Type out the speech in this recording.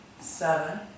seven